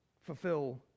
fulfill